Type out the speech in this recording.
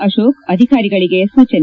ಅಶೋಕ ಅಧಿಕಾರಿಗಳಿಗೆ ಸೂಚನೆ